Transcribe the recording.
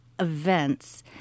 events